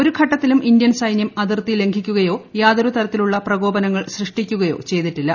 ഒരു ഘട്ടത്തിലും ഇന്ത്യൻ സൈനൃം അതിർത്തി ലംഘിക്കുകയോ യാതൊരു തരത്തിലുള്ള പ്രകോപനങ്ങൾ സൃഷ്ടിക്കുകയോ ചെയ്തിട്ടില്ല